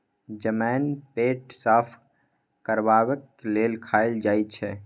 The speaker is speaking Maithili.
जमैन पेट साफ करबाक लेल खाएल जाई छै